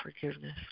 forgiveness